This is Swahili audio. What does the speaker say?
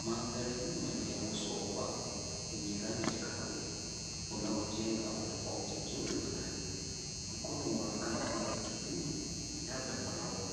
Mandhari nyuma ni wa uso ambao wenye rangi ya kahawia unaojenga utofauti mzuri wa rangi. Mkono unaonekana kuwa mtu mzima labda mwanaume.